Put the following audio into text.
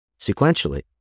sequentially